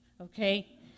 okay